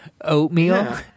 oatmeal